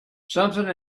something